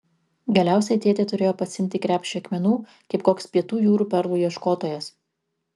galiausiai tėtė turėjo pasiimti krepšį akmenų kaip koks pietų jūrų perlų ieškotojas